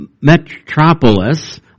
metropolis